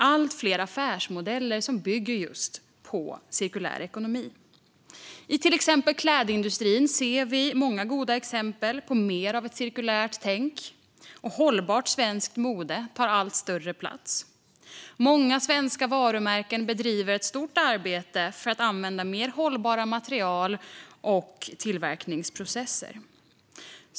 Allt fler affärsmodeller bygger dessutom just på cirkulär ekonomi. I till exempel klädindustrin ser vi många goda exempel på mer av ett cirkulärt tänk, och hållbart svenskt mode tar allt större plats. Många svenska varumärken bedriver ett stort arbete för att använda mer hållbara material och tillverkningsprocesser.